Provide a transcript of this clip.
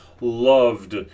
loved